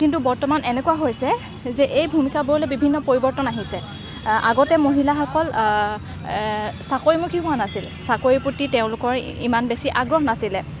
কিন্তু বৰ্তমান এনেকুৱা হৈছে যে এই ভূমিকাবোৰলৈ বিভিন্ন পৰিৱৰ্তন আহিছে আগতে মহিলাসকল চাকৰিমুখী হোৱা নাছিল চাকৰিৰ প্ৰতি তেওঁলোকৰ ইমান বেছি আগ্ৰহ নাছিলে